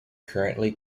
currently